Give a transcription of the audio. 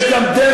לא, אני לא מבין.